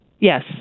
Yes